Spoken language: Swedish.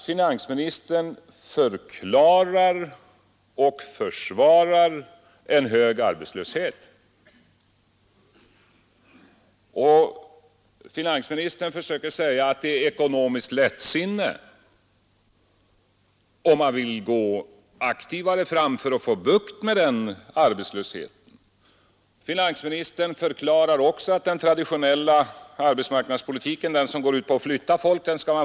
Finansministern förklarar och försvarar en hög arbetslöshet och Sker hävda att det är ekonomiskt lättsinne att vilja gå aktivare fram för att få bukt med denna arbetslöshet. Finansministern förklarar också att man skall fortsätta med den traditionella arbetsmarknadspolitiken — den som går ut på att flytta folk.